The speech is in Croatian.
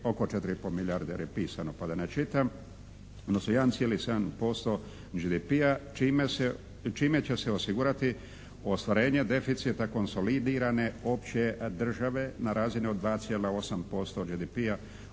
oko 4 i pol milijarde, jer je pisano pa ga ne čitam, odnosno 1,7% GDP-a čime će se osigurati ostvarenje deficita konsolidirane opće države na razini od 2,8% GDP-a.